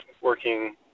working